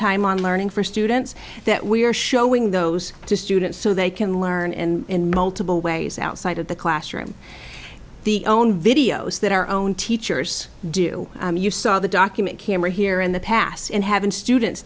time on learning for students that we are showing those to students so they can learn in multiple ways outside of the classroom the own videos that our own teachers do you saw the document camera here in the past and having students